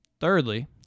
Thirdly